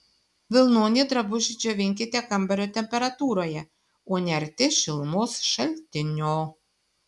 vilnonį drabužį džiovinkite kambario temperatūroje o ne arti šilumos šaltinio